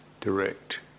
Direct